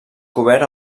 cobert